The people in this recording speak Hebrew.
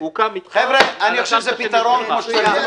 חבר'ה, אני חושב שזה פתרון מצוין.